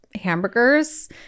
hamburgers